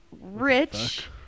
rich